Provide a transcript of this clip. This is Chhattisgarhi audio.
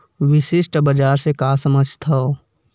विशिष्ट बजार से का समझथव?